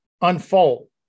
unfold